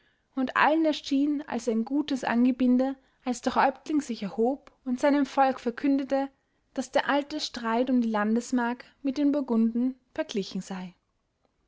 und allen erschien als ein gutes angebinde als der häuptling sich erhob und seinem volk verkündete daß der alte streit um die landesmark mit den burgunden verglichen sei